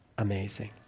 Amazing